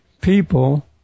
people